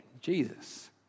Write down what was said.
Jesus